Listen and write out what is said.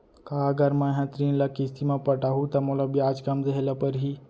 का अगर मैं हा ऋण ल किस्ती म पटाहूँ त मोला ब्याज कम देहे ल परही?